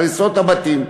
הריסות הבתים.